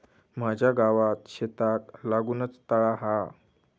माझ्या गावात शेताक लागूनच तळा हा